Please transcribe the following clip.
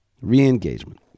re-engagement